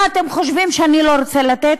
מה אתם חושבים, שאני לא רוצה לתת?